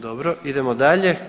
Dobro, idemo dalje.